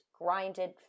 grinded